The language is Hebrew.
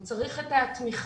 הוא צריך את התמיכה,